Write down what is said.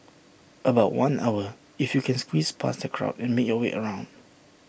about one hour if you can squeeze past the crowd and make your way around